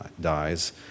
dies